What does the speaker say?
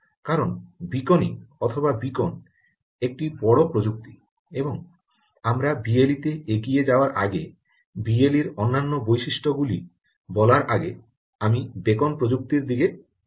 কারণ বীকনিং অথবা বীকন একটি বড় প্রযুক্তি এবং আমরা বিএলই তে এগিয়ে যাওয়ার আগে বিএলই এর অন্যান্য বৈশিষ্ট্যগুলো বলার আগে আমি বেকন প্রযুক্তির দিকে যাব